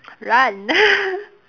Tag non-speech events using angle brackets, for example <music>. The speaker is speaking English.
run <laughs>